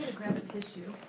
grab a tissue.